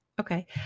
Okay